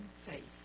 faith